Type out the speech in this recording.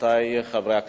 רבותי חברי הכנסת,